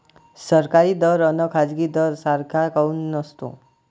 सरकारी दर अन खाजगी दर सारखा काऊन नसतो?